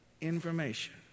information